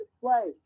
play